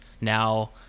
now